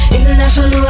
International